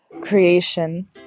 creation